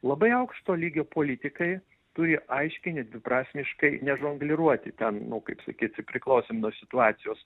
labai aukšto lygio politikai turi aiškiai nedviprasmiškai nežongliruoti ten nu kaip sakyt priklausomai nuo situacijos